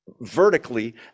vertically